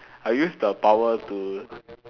I use the power to